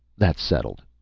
that's settled.